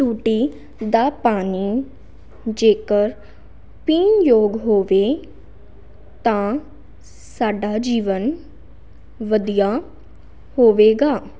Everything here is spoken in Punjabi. ਟੂਟੀ ਦਾ ਪਾਣੀ ਜੇਕਰ ਪੀਣ ਯੋਗ ਹੋਵੇ ਤਾਂ ਸਾਡਾ ਜੀਵਨ ਵਧੀਆ ਹੋਵੇਗਾ